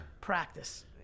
Practice